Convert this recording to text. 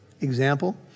Example